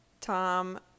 Tom